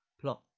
plot